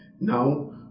Now